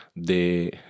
de